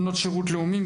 בנות שירות לאומי,